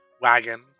wagon